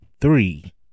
three